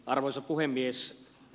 arvoisa puhemies